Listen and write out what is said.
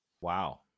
Wow